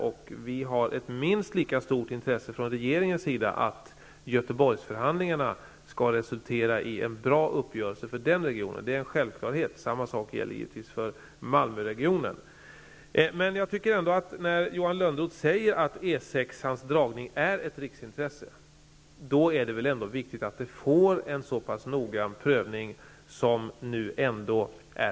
Regeringen har ett minst lika stort intresse av att Göteborgsförhandlingarna skall resultera i en bra uppgörelse för den regionen. Det är en självklarhet. Samma sak gäller givetvis för Eftersom Johan Lönnroth säger att E 6:ans dragning är ett riksintresse, är det väl viktigt att den får en så noggrann prövning som nu sker.